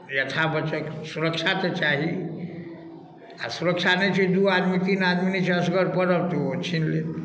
यथाबचक सुरक्षा तऽ चाही आ सुरक्षा नहि छै दू आदमी तीन आदमी नहि छै असगर पड़ल तऽ ओ छीन लेत